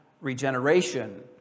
regeneration